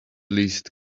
least